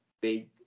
big